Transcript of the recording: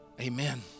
Amen